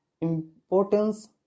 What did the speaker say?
importance